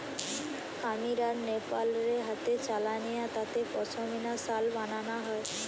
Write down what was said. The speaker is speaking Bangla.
কামীর আর নেপাল রে হাতে চালানিয়া তাঁতে পশমিনা শাল বানানা হয়